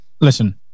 Listen